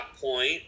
point